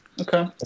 Okay